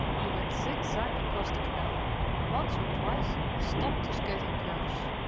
he went zigzag across the canal once or twice he stopped to skate in curves.